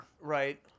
Right